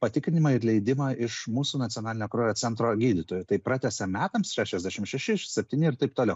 patikrinimą ir leidimą iš mūsų nacionalinio kraujo centro gydytojų tai pratęsian metams šešiasdešim šeši septyni ir taip toliau